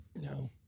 No